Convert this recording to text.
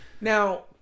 Now